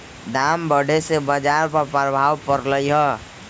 दाम बढ़े से बाजार पर प्रभाव परलई ह